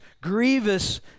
grievous